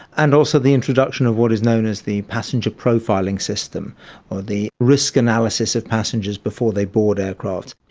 and also the introduction of what is known as the passenger profiling system or the risk analysis of passengers before they board aircraft.